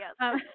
Yes